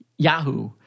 Yahoo